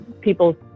people